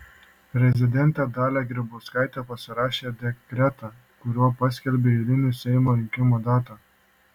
prezidentė dalia grybauskaitė pasirašė dekretą kuriuo paskelbė eilinių seimo rinkimų datą